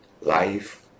life